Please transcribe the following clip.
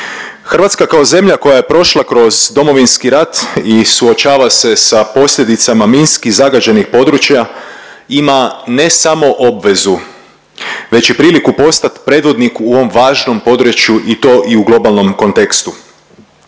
Hrvatska kao zemlja koja je prošla kroz Domovinski rat i suočava se sa posljedicama minski zagađenih područja ima ne samo obvezu već i priliku postat predvodnik u ovom važnom području i to i u globalnom kontekstu.